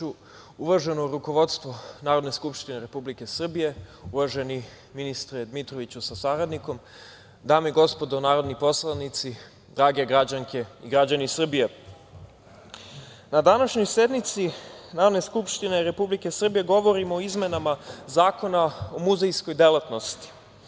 Uvaženo rukovodstvo Narodne skupštine Republike Srbije, uvaženi ministre Mitroviću sa saradnikom, dame i gospodo narodni poslanici, drage građanke i građani Srbije, na današnjoj sednici Narodne skupštine Republike Srbije govorimo o izmenama Zakona o muzejskoj delatnosti.